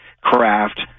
craft